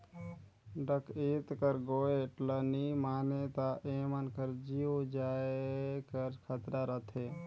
डकइत कर गोएठ ल नी मानें ता एमन कर जीव जाए कर खतरा रहथे